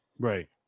Right